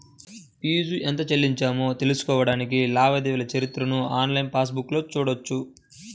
fee ఎంత చెల్లించామో తెలుసుకోడానికి లావాదేవీల చరిత్రను ఆన్లైన్ పాస్ బుక్లో చూడొచ్చు